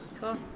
Cool